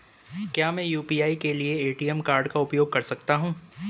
क्या मैं यू.पी.आई के लिए ए.टी.एम कार्ड का उपयोग कर सकता हूँ?